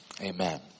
Amen